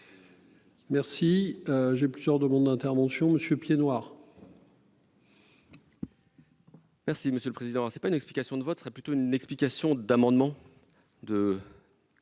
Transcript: Merci. J'ai plusieurs demandes d'intervention monsieur noirs. Merci monsieur le président. C'est pas une explication de vote serait plutôt une explication d'amendements de.